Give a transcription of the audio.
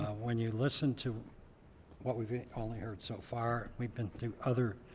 when you listen to what we've only heard so far we've been through other